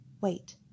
wait